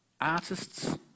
Artists